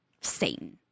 Satan